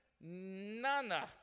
Nana